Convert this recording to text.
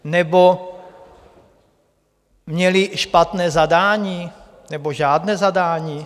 Nebo měli špatné zadání, nebo žádné zadání?